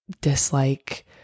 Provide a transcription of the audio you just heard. dislike